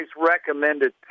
recommended